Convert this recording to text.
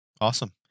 Awesome